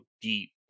deep